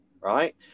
Right